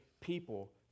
people